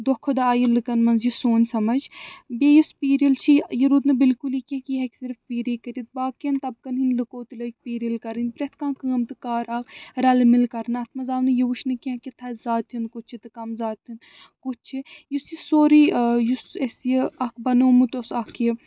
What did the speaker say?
دۄہ کھۄ دۄہ آیہِ لُکن منٛز یہِ سون سمجھ بیٚیہِ یُس پیٖرِل چھِ یہِ یہِ روٗد نہٕ بلکُلی کیٚنٛہہ کہِ یہِ ہٮ۪کہِ صِرف پیٖری کٔرِتھ باقین طبقن ہِنٛدۍ لُکو تہِ لٲگۍ پیٖرِل کَرٕنۍ پرٛٮ۪تھ کانٛہہ کٲم تہٕ کار آو رَلہٕ مِلہٕ کرنہٕ اتھ منٛز آو نہٕ یہِ وٕچھنہٕ کیٚنٛہہ کہِ تھَزِ زاتہِ ہُنٛد کُس چھُ تہٕ کَم زاتہِ ہُنٛد کُس چھِ یُس یہِ سورٕے یُس أسۍ یہِ اکھ بنومُت اوس اکھ یہِ